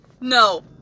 No